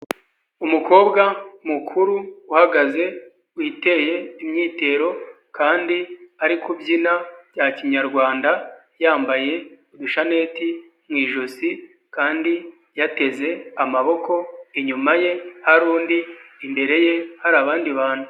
Umukobwa mukuru uhagaze, witeye imyitero kandi ari kubyina bya kinyarwanda, yambaye ishaneti mu ijosi kandi yateze amaboko, inyuma ye hari undi imbere ye hari abandi bantu.